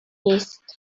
نیست